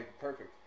perfect